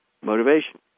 Motivation